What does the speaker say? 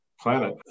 planet